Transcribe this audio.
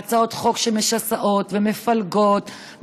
מהצעות חוק שמשסעות ומפלגות,